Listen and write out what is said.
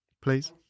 Please